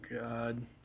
God